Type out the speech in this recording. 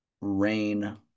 rain